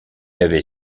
avait